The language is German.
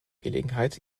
gelegenheit